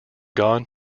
gone